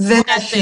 לפני הסגר.